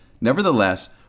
Nevertheless